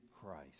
Christ